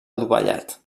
adovellat